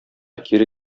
кире